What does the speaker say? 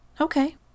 Okay